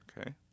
Okay